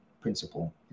principle